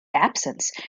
absence